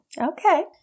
Okay